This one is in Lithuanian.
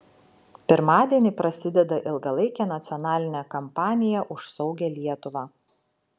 pirmadienį prasideda ilgalaikė nacionalinė kampanija už saugią lietuvą